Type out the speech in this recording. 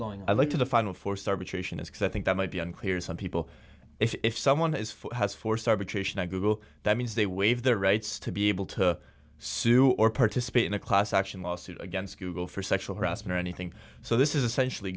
going i look to the final four star betray chinooks i think that might be unclear some people if someone is has forced arbitration i google that means they waive their rights to be able to sue or participate in a class action lawsuit against google for sexual harassment or anything so this is essentially